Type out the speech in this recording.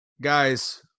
guys